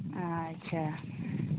ᱟᱪᱪᱷᱟ